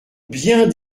bien